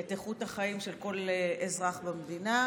את איכות החיים של כל אזרח במדינה,